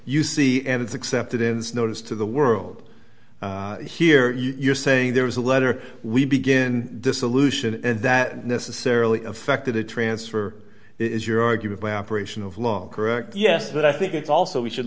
you see and it's accepted ins notice to the world here you're saying there was a letter we begin dissolution and that necessarily affected the transfer is your argument by operation of long correct yes but i think it's also we should